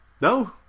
No